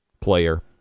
player